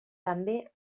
també